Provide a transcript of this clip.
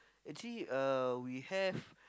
actually uh we have